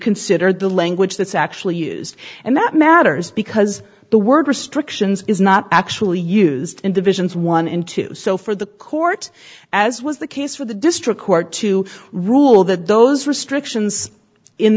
consider the language that's actually used and that matters because the word restrictions is not actually used in the visions one in two so for the court as was the case for the district court to rule that those restrictions in